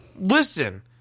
Listen